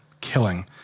killing